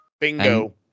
Bingo